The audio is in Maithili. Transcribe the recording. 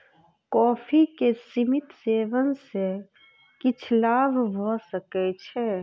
कॉफ़ी के सीमित सेवन सॅ किछ लाभ भ सकै छै